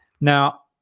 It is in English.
Now